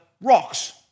rocks